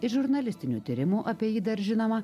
iš žurnalistinių tyrimų apie jį dar žinoma